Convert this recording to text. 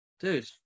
Dude